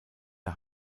der